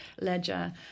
ledger